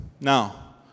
Now